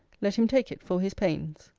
let him take it for his pains.